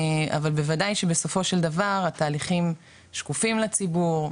אבל בוודאי שבסופו של דבר התהליכים שקופים לציבור,